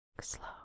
slow